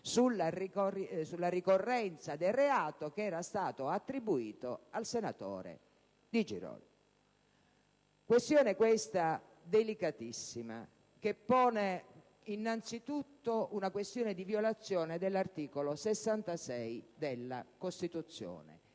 sulla ricorrenza del reato che era stato attribuito al senatore Di Girolamo. Una questione delicatissima, che pone innanzitutto una questione di violazione dell'articolo 66 della Costituzione: